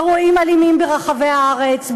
אירועים אלימים ברחבי הארץ,